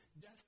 death